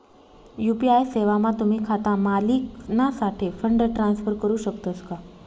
UPI सेवामा तुम्ही खाता मालिकनासाठे फंड ट्रान्सफर करू शकतस का